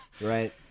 Right